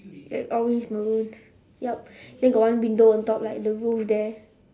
ya orange maroon yup then got one window on top like the roof there